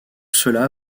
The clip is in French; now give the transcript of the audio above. cela